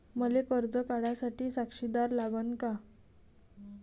मले कर्ज काढा साठी साक्षीदार लागन का?